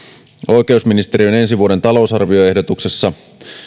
oikeusministeriön ensi vuoden talousarvioehdotuksessa